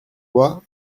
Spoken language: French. toi